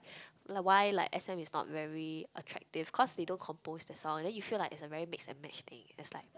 like why like S_M is not very attractive cause they don't compose their song then you feel like it's a very mix and match thing it's like